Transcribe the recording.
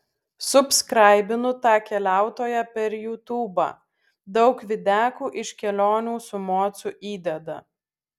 subskraibinu tą keliautoją per jutubą daug videkų iš kelionių su mocu įdeda